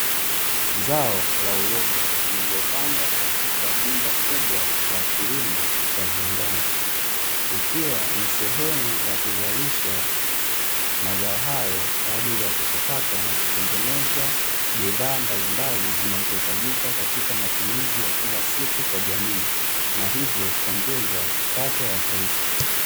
Zao la uyoga lililopandwa katika jumba kubwa la kilimo cha viwandani, ikiwa ni sehemu ya kuzalisha mazao hayo kwa ajili ya kuchakatwa na kutengeza bidhaa mbalimbali zinazohitajika katika matumizi ya kila siku kwa jamii, na hivyo kuongeza pato la taifa.